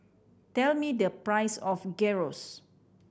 tell me the price of Gyros